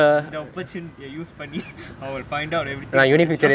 in their opportunity the unique feature I will find out everything about that shop